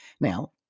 now